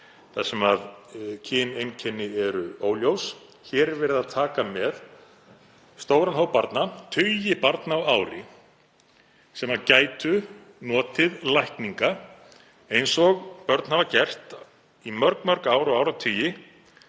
þar sem kyneinkenni eru óljós. Hér er verið að taka með stóran hóp barna, tugi barna á ári, sem gætu notið lækninga eins og börn hafa gert í mörg ár og áratugi